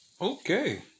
Okay